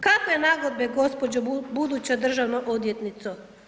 Kakve nagodbe, gđo. buduća državna odvjetnico?